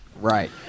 Right